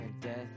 death